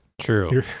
True